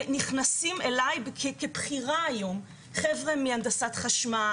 נכנסים אליי כבחירה היום חבר'ה מהנדסת חשמל,